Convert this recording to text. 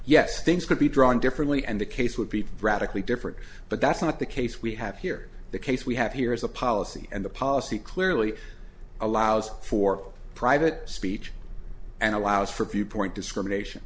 yes things could be drawn differently and the case would be radically different but that's not the case we have here the case we have here is a policy and the policy clearly allows for private speech and allows for viewpoint discrimination